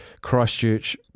Christchurch